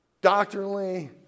Doctrinally